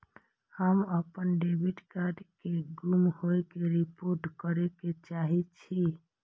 हम अपन debit card के गुम होय के रिपोर्ट करे के चाहि छी